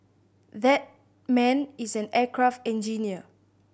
that man is an aircraft engineer